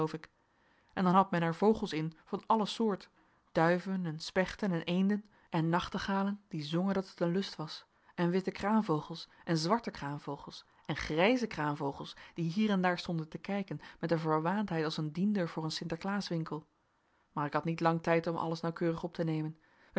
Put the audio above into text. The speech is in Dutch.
en dan had men er vogels in van alle soort duiven en spechten en eenden en nachtegalen die zongen dat het een lust was en witte kraanvogels en zwarte kraanvogels en grijze kraanvogels die hier en daar stonden te kijken met een verwaandheid als een diender voor een sinterklaaswinkel maar ik had niet lang tijd om alles nauwkeurig op te nemen